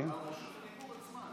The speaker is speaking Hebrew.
רשות הדיבור עצמה.